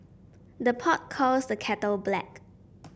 the pot calls the kettle black